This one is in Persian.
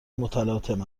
متلاطم